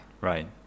right